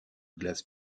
glace